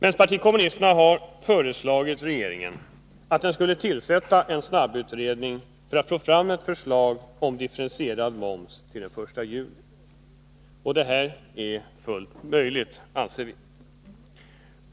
Vpk har föreslagit regeringen att den skulle tillsätta en snabbutredning för att få fram ett förslag om en differentierad moms till den 1 juli. Det anser vi — Nr 50 vara fullt möjligt.